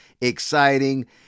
exciting